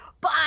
Bye